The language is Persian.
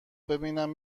ببینم